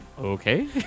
okay